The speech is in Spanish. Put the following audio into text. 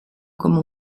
como